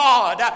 God